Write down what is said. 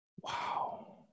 Wow